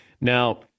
Now